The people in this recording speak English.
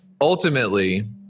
ultimately